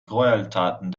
greueltaten